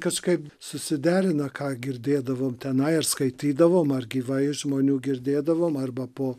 kažkaip susiderina ką girdėdavom tenai ar skaitydavom ar gyvai iš žmonių girdėdavom arba po